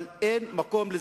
אבל אין לו מקום,